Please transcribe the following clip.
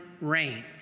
range